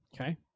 Okay